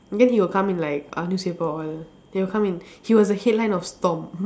then he will come in like uh newspaper all they will come in he was the headline of stomp